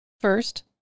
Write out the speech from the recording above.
First